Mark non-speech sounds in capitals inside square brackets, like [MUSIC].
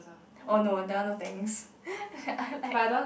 oh no that one no thanks [LAUGHS] I like